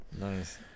nice